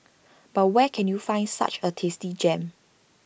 but where can you find such A tasty gem